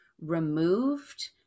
removed